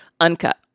uncut